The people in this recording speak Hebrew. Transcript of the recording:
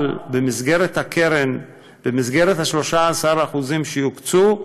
אבל במסגרת הקרן, במסגרת ה-13% שיוקצו,